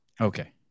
Okay